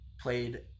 played